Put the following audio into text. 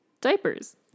Diapers